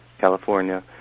California